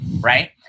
Right